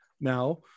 now